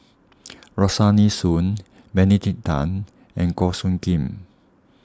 Rosaline Soon Benedict Tan and Goh Soo Khim